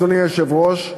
אדוני היושב-ראש,